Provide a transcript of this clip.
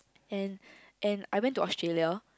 and and I went to Australia